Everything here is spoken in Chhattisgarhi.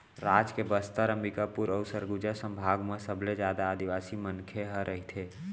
राज के बस्तर, अंबिकापुर अउ सरगुजा संभाग म सबले जादा आदिवासी मनखे ह रहिथे